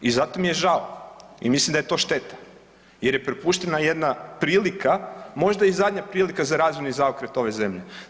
I zato mi je žao i mislim da je to šteta jer je propuštena jedna prilika možda i zadnja prilika za razvojni zaokret ove zemlje.